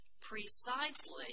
precisely